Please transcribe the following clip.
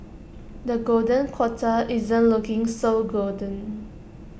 the golden quarter isn't looking so golden